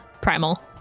primal